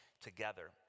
together